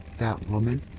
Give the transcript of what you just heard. that woman.